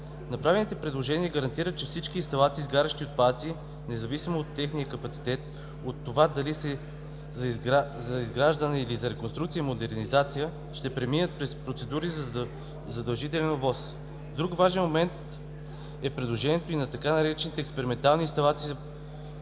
Направените предложения гарантират, че всички инсталации, изгарящи отпадъци, независимо от техния капацитет, от това дали са за изграждане, или за реконструкция и модернизация, ще преминават през процедурата по задължителна ОВОС. Друг важен момент е предложението така наречените експериментални инсталации да